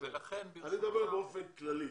בדיוק, ולכן ברשותך --- אני מדבר באופן כללי.